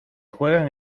juegan